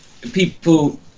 people